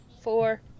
Four